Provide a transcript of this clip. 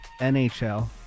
NHL